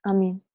Amen